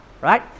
right